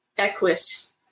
Equus